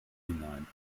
hinein